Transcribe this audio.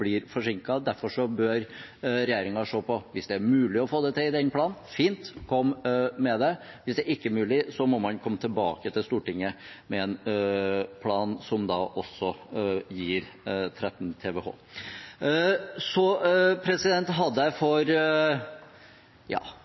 blir forsinket. Derfor bør regjeringen se på: Hvis det er mulig å få det til i den planen – fint, kom med det! Hvis det ikke er mulig, må man komme tilbake til Stortinget med en plan som da også gir 13 TWh. Jeg hadde for